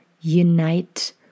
unite